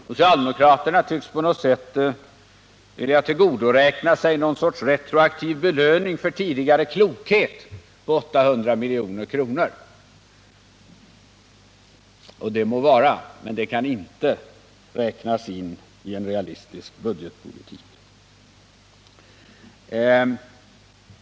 Socialdemokraterna tycks vilja tillgodoräkna sig någon sorts retroaktiv belöning på 800 milj.kr. för tidigare klokhet. Det må vara, men det kan inte räknas in i en realistisk budgetpolitik.